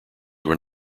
were